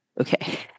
Okay